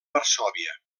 varsòvia